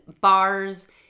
bars